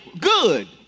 Good